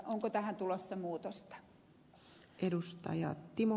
onko tähän tulossa muutosta